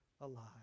alive